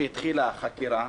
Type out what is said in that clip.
מי שמתעסק בחינוך,